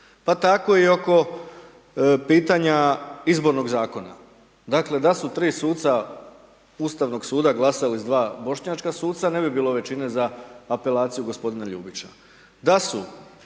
pa tako i oko pitanja Izbornog zakona. Dakle da su tri suca Ustavnog suda glasali sa dva bošnjačka suca ne bi bilo većine za apelaciju g. Ljubića.